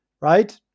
right